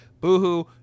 Boohoo